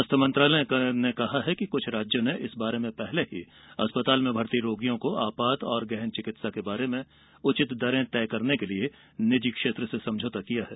स्वास्थ्य मंत्रालय ने कहा कि कुछ राज्यों ने इस बारे में पहले ही अस्पताल में भर्ती रोगियों को आपात और गहन चिकित्सा के बारे में उचित दरें तय करने के लिए निजी क्षेत्र से समझौता किया है